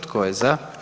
Tko je za?